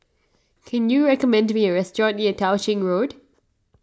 can you recommend me a restaurant near Tao Ching Road